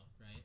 right